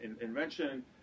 invention